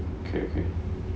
okay okay